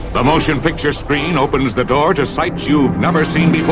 the motion picture screen opens the door to sights you've never seen before.